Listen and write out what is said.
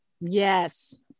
Yes